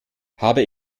habe